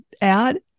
add